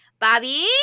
Bobby